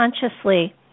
consciously